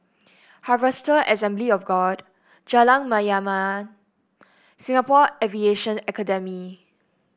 Harvester Assembly of God Jalan Mayaanam Singapore Aviation Academy